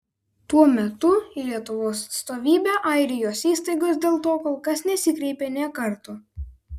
tuo metu į lietuvos atstovybę airijos įstaigos dėl to kol kas nesikreipė nė karto